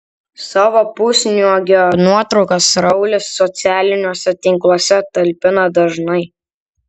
savo pusnuogio nuotraukas raulis socialiniuose tinkluose talpina dažnai